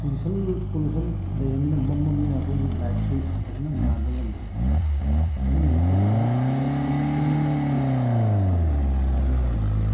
pollution pollution ꯂꯩꯔꯕꯅꯤꯅ ꯃꯝꯂꯕꯅꯤꯅ ꯑꯩꯈꯣꯏꯒꯤ ꯂꯥꯏꯠꯁꯤ ꯐꯖꯅ ꯉꯥꯟꯕ ꯉꯝꯗꯦ ꯑꯗꯨꯅꯅꯤ ꯄꯣꯂꯨꯁꯟ ꯂꯩꯕ ꯃꯐꯝꯗ ꯑꯩꯈꯣꯏꯅ ꯂꯥꯏꯠꯁꯤ ꯁꯦꯡꯅ ꯉꯥꯟꯕ ꯉꯝꯗ꯭ꯔꯤꯁꯦ